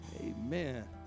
Amen